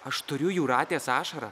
aš turiu jūratės ašarą